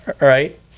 right